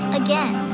again